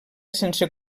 sense